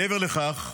מעבר לכך,